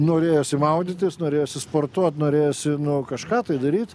norėjosi maudytis norėjosi sportuot norėjosi nu kažką tai daryt